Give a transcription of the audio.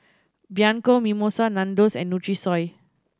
Bianco Mimosa Nandos and Nutrisoy